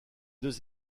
deux